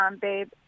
babe